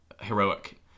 heroic